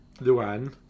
Luan